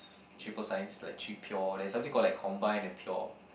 triple Science like three pure there's something called like combined and pure